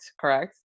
correct